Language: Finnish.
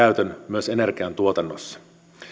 myös energiantuotannossa